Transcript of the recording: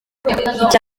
icya